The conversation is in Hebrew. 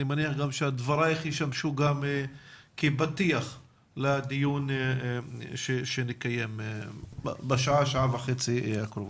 אני מניח שדברייך ישמשו גם כפתיח לדיון שנקיים בשעה וחצי הקרובות.